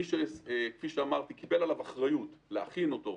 כפי שאמרתי, מי שקיבל עליו אחריות להכין אותו,